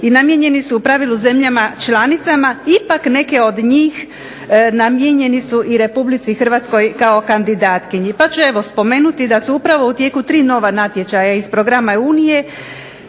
i namijenjeni su u pravilu zemljama članicama ipak neke od njih namijenjeni su Republici Hrvatskoj kao kandidatkinji. Pa ću reći upravo da su u tijeku tri nova natječaja iz programa Unije